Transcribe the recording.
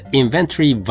inventory